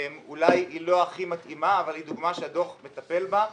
אולי היא לא הכי מתאימה אבל היא דוגמה שהדוח מטפל בה.